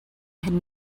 had